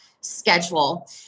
schedule